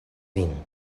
vin